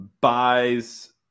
Buys